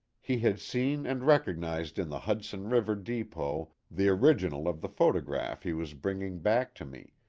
he had seen and recognized in the hud son river depot the original of the photograph he was bringing back to me,